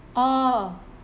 oh